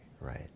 Right